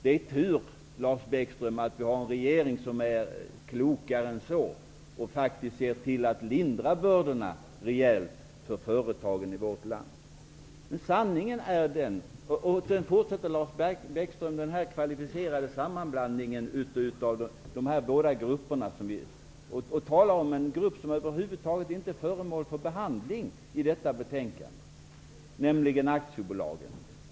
Det är tur, Lars Bäckström, att vi har en regering som är klokare än så, och som ser till att faktiskt rejält lindra bördorna för företagen i vårt land. Lars Bäckström fortsätter med den här kvalificerade sammanblandningen av två grupper. Han talar om en grupp som i detta betänkande inte över huvud taget är föremål för behandling, nämligen aktiebolagen.